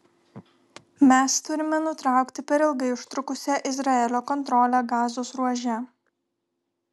mes turime nutraukti per ilgai užtrukusią izraelio kontrolę gazos ruože